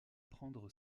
prendre